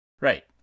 Right